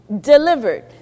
delivered